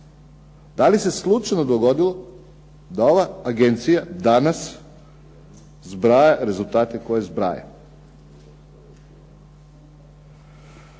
Da li se slučajno dogodilo da ova agencija danas, zbraja rezultate koje zbraja?